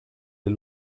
les